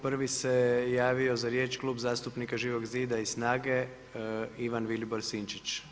Prvi se javo za riječ Klub zastupnika Živog zida i SNAGA-e Ivan Vilibor Sinčić.